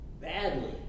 badly